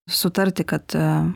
sutarti kad